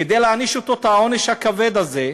כדי להעניש אותו בעונש הכבד הזה?